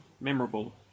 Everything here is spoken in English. memorable